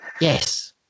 yes